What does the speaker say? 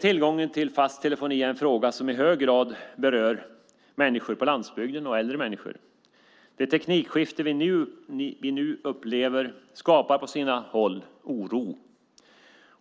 Tillgång till fast telefoni är en fråga som i hög grad berör människor på landsbygden och äldre människor. Det teknikskifte vi nu upplever skapar på sina platser oro.